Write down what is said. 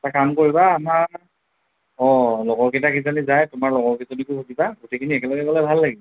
এটা কাম কৰিবা আমাৰ অঁ লগৰকেইটা কিজানি যায় তোমাৰ লগৰকিজনীকো সুধিবা গোটেইখিনি একেলগে গ'লে ভাল লাগিব